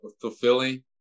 fulfilling